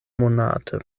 monate